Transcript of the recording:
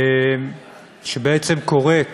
שקוראת